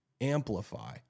amplify